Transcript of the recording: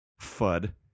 FUD